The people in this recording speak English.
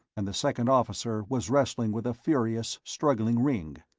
and the second officer was wrestling with a furious, struggling ringg.